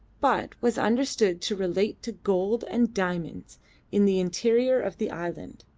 but was understood to relate to gold and diamonds in the interior of the island.